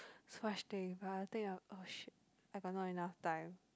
so much thing but I think I'll oh !shit! I got no enough time